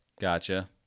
gotcha